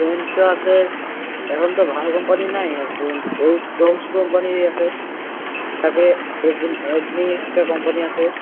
pen তো আছে এখন তো ভালো কম্পানি নাই এখন ধরুন ওই ডোমস কোম্পানিরই আছে তবে অগ্নি একটা কম্পানি আছে